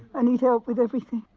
i need help with everything.